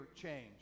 change